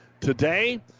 today